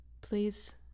Please